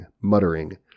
muttering